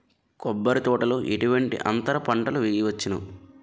కొబ్బరి తోటలో ఎటువంటి అంతర పంటలు వేయవచ్చును?